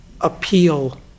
appeal